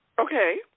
Okay